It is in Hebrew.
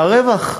והרווח,